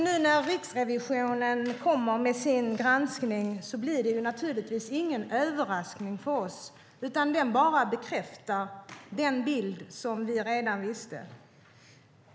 När nu Riksrevisionen kommer med sin granskning blir det naturligtvis ingen överraskning för oss, utan den bara bekräftar den bild som vi redan hade.